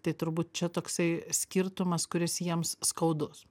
tai turbūt čia toksai skirtumas kuris jiems skaudus